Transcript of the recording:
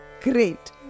Great